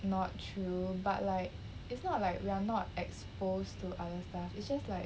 not true but like it's not like we're not exposed to other stuff it's just like